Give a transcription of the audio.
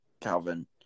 Calvin